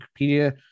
Wikipedia